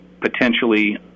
potentially